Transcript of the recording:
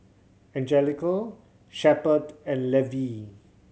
Anjelica Shepherd and Levie